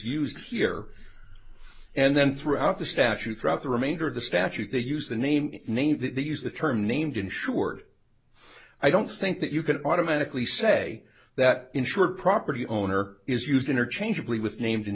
used here and then throughout the statute throughout the remainder of the statute they use the name name that they use the term named insured i don't think that you can automatically say that insured property owner is used interchangeably with named in